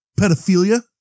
pedophilia